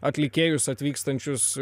atlikėjus atvykstančius